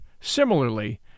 similarly